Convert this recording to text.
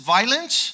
Violence